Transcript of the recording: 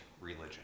religion